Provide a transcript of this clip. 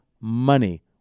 money